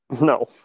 No